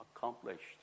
accomplished